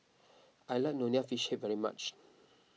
I like Nonya Fish Head very much